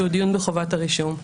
שהוא דיון בחובת הרישום.